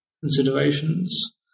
considerations